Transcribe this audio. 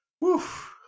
woof